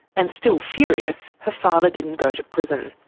and still furious her father didn't go to prison.